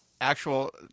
actual